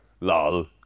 Lol